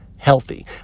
healthy